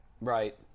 Right